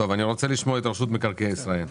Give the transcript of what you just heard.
אני רוצה לשמוע את רשות מקרקעי ישראל.